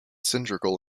cylindrical